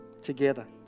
Together